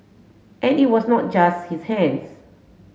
and it was not just his hands